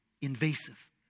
invasive